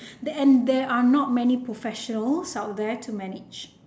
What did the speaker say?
there and there are not many professional out there to manage